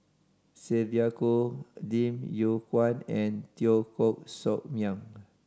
Sylvia Kho Lim Yew Kuan and Teo Koh Sock Miang